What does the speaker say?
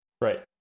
Right